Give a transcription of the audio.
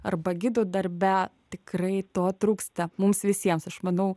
arba gidų darbe tikrai to trūksta mums visiems aš manau